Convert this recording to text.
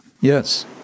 Yes